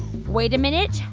wait a minute.